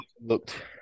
looked